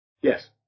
Yes